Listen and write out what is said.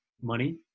money